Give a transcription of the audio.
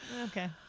Okay